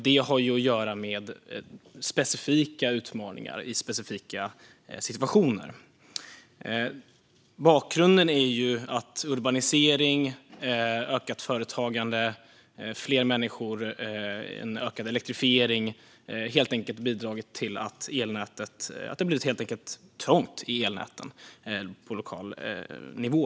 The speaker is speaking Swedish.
Det har ju att göra med specifika utmaningar i specifika situationer. Bakgrunden är att urbanisering, ökat företagande, fler människor och ökad elektrifiering helt enkelt har bidragit till att det blivit trångt i elnäten på lokal nivå.